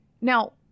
Now